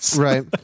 Right